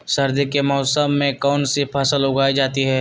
सर्दी के मौसम में कौन सी फसल उगाई जाती है?